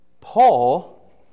Paul